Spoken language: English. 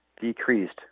decreased